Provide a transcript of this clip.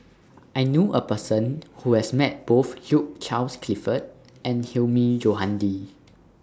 I knew A Person Who has Met Both Hugh Charles Clifford and Hilmi Johandi